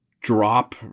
drop